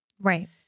Right